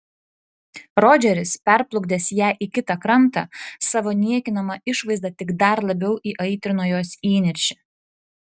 rodžeris perplukdęs ją į kitą krantą savo niekinama išvaizda tik dar labiau įaitrino jos įniršį